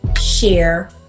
share